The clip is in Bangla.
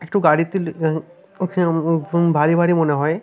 একটু গাড়িতে ভারী ভারী মনে হয়